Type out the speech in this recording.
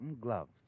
gloves